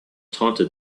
taunted